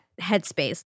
headspace